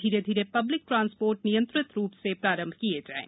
धीरे धीरे public transport नियंत्रित रूप से प्रारंभ किए जाएं